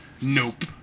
Nope